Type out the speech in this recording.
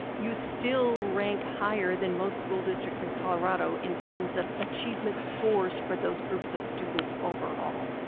you still rank higher than most school districts in colorado in terms of achievement scores for those groups of students overall.